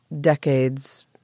decades